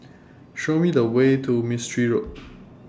Show Me The Way to Mistri Road